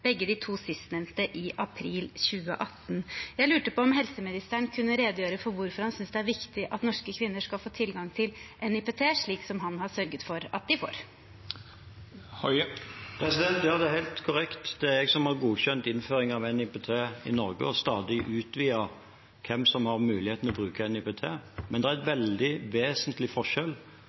hvorfor han synes det er viktig at norske kvinner skal få tilgang til NIPT, slik som han har sørget for at de får? Ja, det er helt korrekt. Det er jeg som har godkjent innføringen av NIPT i Norge og stadig utvidet adgangen for hvem som skal ha mulighet til å bruke den. Men det er en veldig vesentlig forskjell